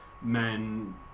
men